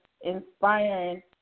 inspiring